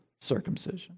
circumcision